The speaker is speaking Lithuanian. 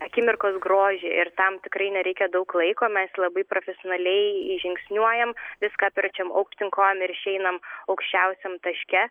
akimirkos grožį ir tam tikrai nereikia daug laiko mes labai profesionaliai įžingsniuojam viską apverčiam aukštyn kojom ir išeinam aukščiausiam taške